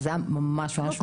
אבל זה היה ממש ממש מזמן.